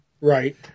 Right